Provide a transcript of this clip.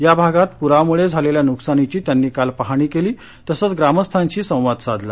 या भागात प्रामुळे झालेल्या नुकसानाची त्यांनी काल पाहणी केली तसंच ग्रामस्थांशी संवाद साधला